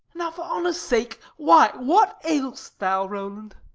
now for honors sake, why what ail'st thou rowland?